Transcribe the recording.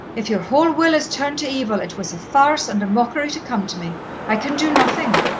if your whole will is turned to evil, it was a farce and a mockery to come to me i can do nothing.